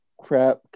crap